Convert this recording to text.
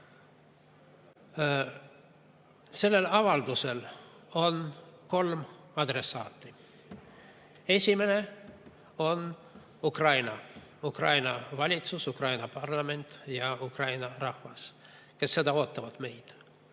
Sellel avaldusel on kolm adressaati. Esimene on Ukraina, Ukraina valitsus, Ukraina parlament ja Ukraina rahvas, kes seda meilt